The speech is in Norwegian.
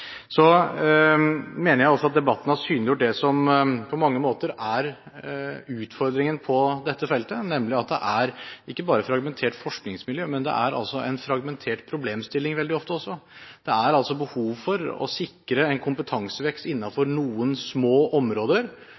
Så mener jeg også at debatten har synliggjort det som på mange måter er utfordringen på dette feltet, nemlig at det er ikke bare fragmentert forskningsmiljø, men det er en fragmentert problemstilling veldig ofte også. Det er behov for å sikre en kompetansevekst innenfor noen små områder,